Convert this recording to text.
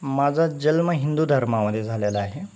माझा जन्म हिंदू धर्मामध्ये झालेला आहे